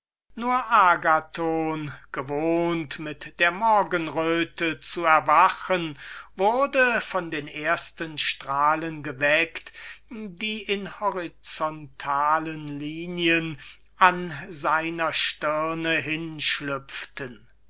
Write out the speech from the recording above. agathon der gewohnt war mit der morgenröte zu erwachen wurde von den ersten strahlen geweckt die in horizontalen linien an seiner stirne